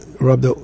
robbed